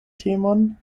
temon